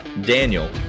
Daniel